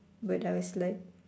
but I was like